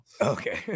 Okay